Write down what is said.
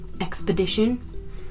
expedition